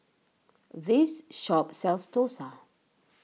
this shop sells Dosa